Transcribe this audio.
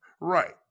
Right